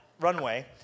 runway